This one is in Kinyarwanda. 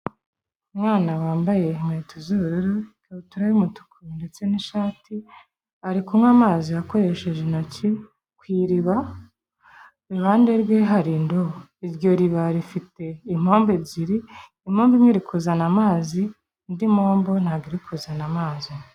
Umwana wambaye inkweto z'ubururu, ikabutura y'umutuku ndetse n'ishati, ari kunywa amazi akoresheje intoki ku iriba, iruhande rwe hari indobo, iryo riba rifite impombe ebyiri, impombo imwe iri kuzana amazi, indi mpombo ntabwo iri kuzana amazi.